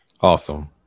Awesome